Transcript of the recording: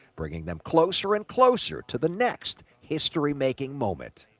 bringing them closer and closer to the next history making moment.